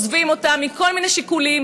שהבעלים שלהן עוזבים אותן מכל מיני שיקולים,